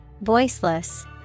Voiceless